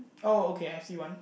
oh okay I see one